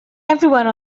everyone